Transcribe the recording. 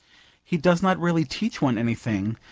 he does not really teach one anything,